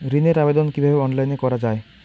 ঋনের আবেদন কিভাবে অনলাইনে করা যায়?